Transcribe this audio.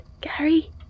Gary